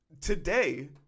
Today